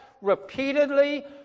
repeatedly